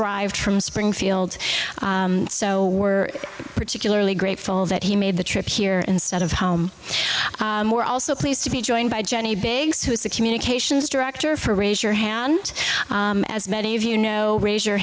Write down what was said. arrived from springfield so we're particularly grateful that he made the trip here instead of home we're also pleased to be joined by jenny beggs who is the communications director for raise your hand as many of you know raise your